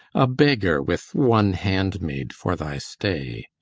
a beggar with one handmaid for thy stay.